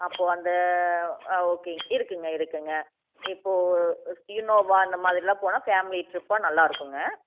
அப்போது அந்த ஓகே இருக்குதுங்க இருக்குதுங்க இப்போது இனோவா அந்த மாதிரியெல்லாம் போனால் ஃபேம்லி ட்ரிப்பாக நல்லாயிருக்குங்க